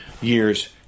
years